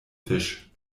fisch